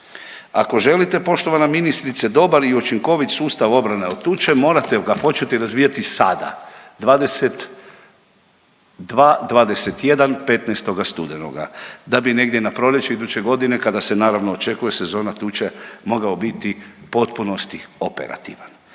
Ako želite poštovana ministrice dobar i učinkovit sustav obrane od tuče morate ga početi razvijati sada 22.21. 15. studenoga, da bi na negdje na proljeće iduće godine kada se naravno očekuje sezona tuče, mogao biti u potpunosti operativan.